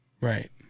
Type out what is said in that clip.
Right